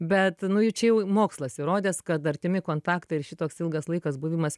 bet nu jau čia jau mokslas įrodęs kad artimi kontaktai ir šitoks ilgas laikas buvimas